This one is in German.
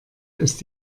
ist